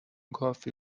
کافی